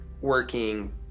working